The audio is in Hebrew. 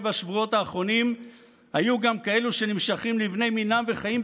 בשבועות האחרונים היו גם כאלה שנמשכים לבני מינם וחיים,